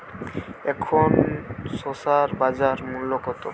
এখন শসার বাজার মূল্য কত?